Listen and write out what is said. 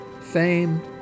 fame